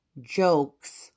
jokes